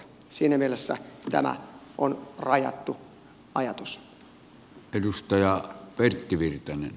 siinä mielessä tämä on rajattu ajatus